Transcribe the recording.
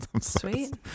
sweet